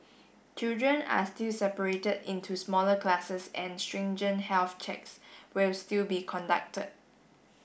children are still separated into smaller classes and stringent health checks will still be conducted